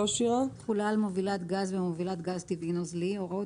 "תחולה על מובילת גז ומובילת גז טבעי נוזלי הוראות